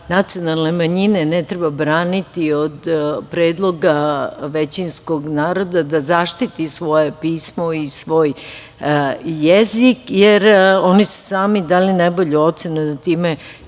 nacionalne manjine ne treba braniti od predloga većinskog naroda da zaštiti svoje pismo i svoj jezik, jer oni su sami dali najbolju ocenu da time